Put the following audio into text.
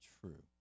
true